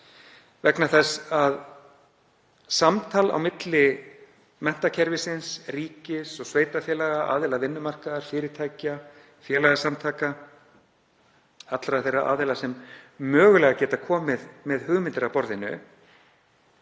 leggur hér til. Samtal á milli menntakerfisins, ríkis og sveitarfélaga, aðila vinnumarkaðar, fyrirtækja, félagasamtaka, allra þeirra aðila sem geta mögulega komið með hugmyndir að borðinu